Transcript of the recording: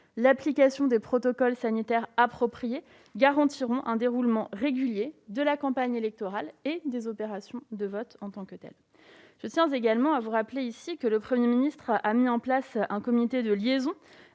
l'application des protocoles sanitaires appropriés garantiront un déroulement régulier de la campagne électorale et des opérations de vote en tant que telles. Je tiens également à vous rappeler que le Premier ministre a mis en place un comité de liaison